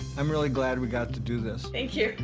i'm really glad we got to do this. thank you.